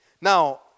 Now